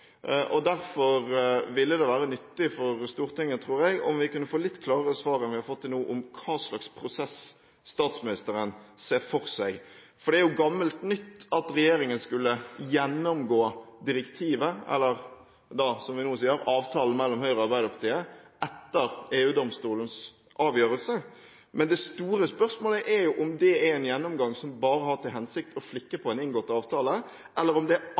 Derfor ville det være nyttig for Stortinget, tror jeg, om vi kunne få litt klarere svar enn vi har fått til nå om hva slags prosess statsministeren ser for seg. For det er jo gammelt nytt at regjeringen skulle gjennomgå direktivet, eller som vi nå sier, avtalen mellom Høyre og Arbeiderpartiet, etter EU-domstolens avgjørelse. Det store spørsmålet er om det er en gjennomgang som bare har til hensikt å flikke på en inngått avtale, eller om det er